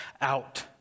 out